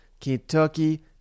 Kentucky